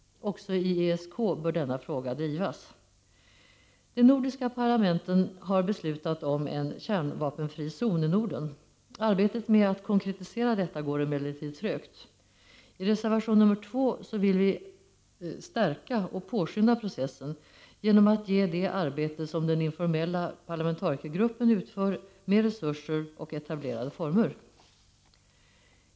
Också i ESK bör denna fråga drivas. De nordiska parlamenten har beslutat om en kärnvapenfri zon i Norden. Arbetet med att konkretisera detta går emellertid trögt. I reservation nr 2 vill vi stärka och påskynda processen genom att ge det arbete som den informella parlamentarikergruppen utför mer resurser och etablerade former.